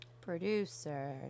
producer